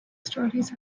stories